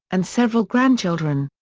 and several grandchildren.